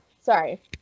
sorry